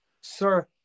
Sir